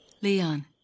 Leon